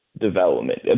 development